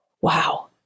Wow